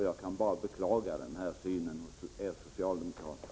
Jag kan bara beklaga denna inställning hos socialdemokraterna.